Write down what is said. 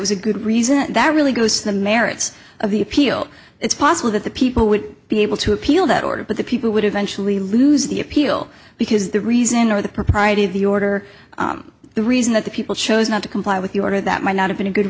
was a good reason that really goes to the merits of the appeal it's possible that the people would be able to appeal that order but the people would eventually lose the appeal because the reason or the propriety of the order the reason that the people chose not to comply with the order that might not have been a good